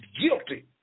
guilty